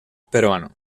peruano